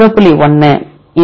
1 ln 0